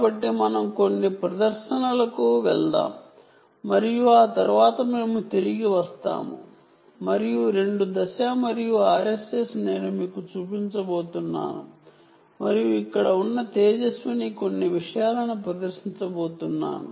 కాబట్టి మనం కొన్ని డెమోలకు వెళ్దాం మరియు ఆ తరువాత మేము తిరిగి వస్తాము మరియు ఫేజ్ మరియు RSS నేను మీకు చూపించబోతున్నాను మరియు ఇక్కడ ఉన్న తేజస్విని కొన్ని విషయాలను ప్రదర్శించబోతున్నారు